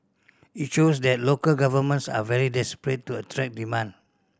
it shows that local governments are very desperate to attract demand